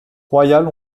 royales